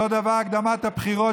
אותו דבר הקדמת הבחירות,